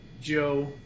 Joe